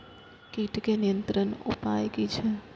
कीटके नियंत्रण उपाय कि छै?